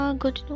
Good